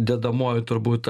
dedamoji turbūt